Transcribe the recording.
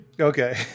Okay